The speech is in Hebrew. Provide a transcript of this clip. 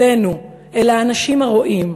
אלינו, אל האנשים הרואים.